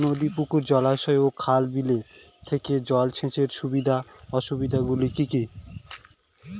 নদী পুকুর জলাশয় ও খাল বিলের থেকে জল সেচের সুবিধা ও অসুবিধা গুলি কি কি?